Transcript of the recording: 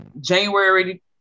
January